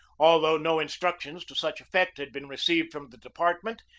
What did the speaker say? although no instructions to such effect had been received from the department,